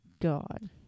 God